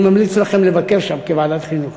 אני ממליץ לכם לבקר שם, כוועדת החינוך.